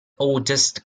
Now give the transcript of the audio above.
oldest